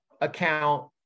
account